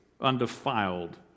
undefiled